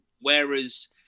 whereas